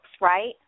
right